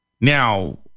now